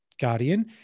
guardian